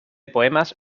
poemas